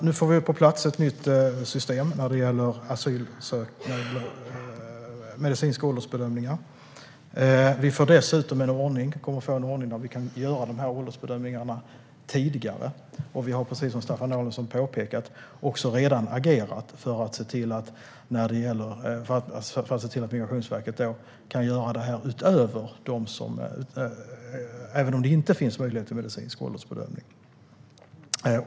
Nu får vi på plats ett nytt system för medicinska åldersbedömningar. Vi kommer dessutom att få en ordning där vi kan göra åldersbedömningar tidigare. Vi har också, som Staffan Danielsson påpekade, redan agerat för att se till att Migrationsverket kan göra detta även om det inte finns möjlighet till medicinsk åldersbedömning.